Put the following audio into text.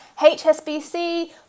HSBC